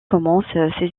commence